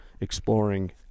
exploring